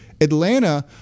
Atlanta